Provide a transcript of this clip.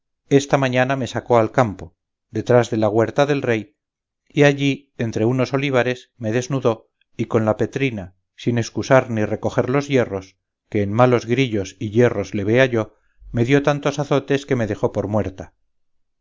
esta mañana me sacó al campo detrás de la güerta del rey y allí entre unos olivares me desnudó y con la petrina sin escusar ni recoger los hierros que en malos grillos y hierros le vea yo me dio tantos azotes que me dejó por muerta